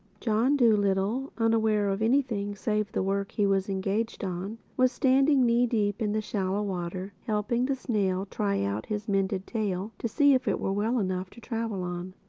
john dolittle, unaware of anything save the work he was engaged on, was standing knee-deep in the shallow water, helping the snail try out his mended tail to see if it were well enough to travel on.